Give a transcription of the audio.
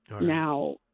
Now